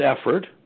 effort